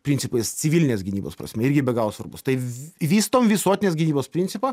principais civilinės gynybos prasme irgi be galo svarbus tai vystom visuotinės gynybos principą